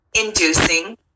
inducing